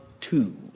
two